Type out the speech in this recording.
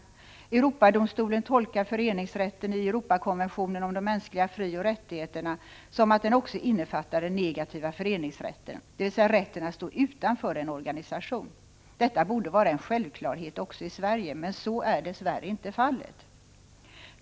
Europadomstolen tolkar föreningsrätten i Europakonventionen om de mänskliga frioch rättigheterna som att den också innefattar den negativa föreningsrätten, dvs. rätten att stå utanför en organisation. Detta borde vara en självklarhet också i Sverige, men så är dess värre inte fallet.